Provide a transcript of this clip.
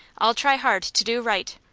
i'll try hard to do right.